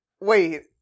wait